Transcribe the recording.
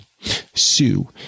Sue